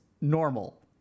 normal